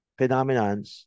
phenomenons